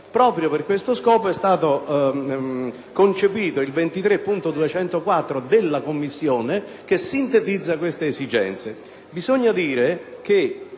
Proprio per questo scopo è stato concepito l'emendamento 23.204 della Commissione, che sintetizza tali esigenze.